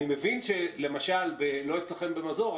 אני מבין שלא אצלכם במזור,